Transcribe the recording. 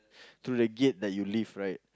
through the gate that you live right